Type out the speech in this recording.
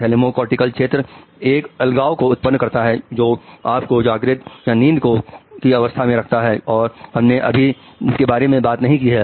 thalamo cortical क्षेत्र इस अलगाव को उत्पन्न करता है जो आप को जागृत या नींद की अवस्था में रखता है और हमने अभी इसके बारे में बात नहीं की है